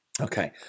Okay